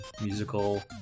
musical